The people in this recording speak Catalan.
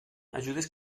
ajudes